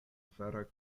fera